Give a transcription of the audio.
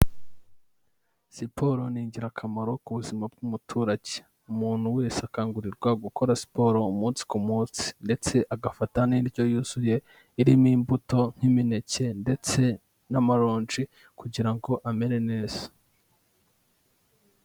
Siporo ni ingirakamaro ku buzima bw'umuturage; umuntu wese akangurirwa gukora siporo umunsi ku munsi, ndetse agafata n'indyo yuzuye irimo imbuto nk'imineke ndetse n'amaronji kugira ngo amere neza.